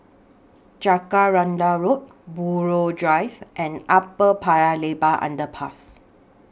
Jacaranda Road Buroh Drive and Upper Paya Lebar Underpass